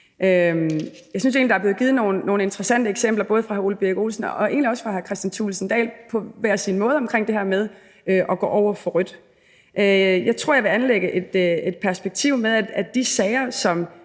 Jeg synes egentlig, der er blevet givet nogle interessante eksempler, både af hr. Ole Birk Olesen og egentlig også af hr. Kristian Thulesen Dahl på hver sin måde, på det her med at gå over for rødt. Jeg tror, jeg vil anlægge et perspektiv, i forhold til at de sager, som